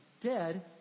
dead